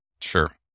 Sure